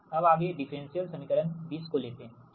अब आगे डिफरेंशियल समीकरण 20 को लेते हैंठीक